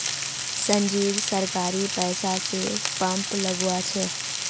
संजीव सरकारी पैसा स पंप लगवा छ